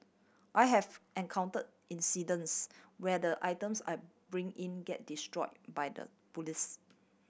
I have encounter incidents where the items I bring in get destroy by the police